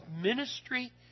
ministry